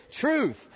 truth